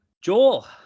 Joel